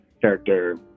character